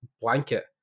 blanket